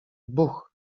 buch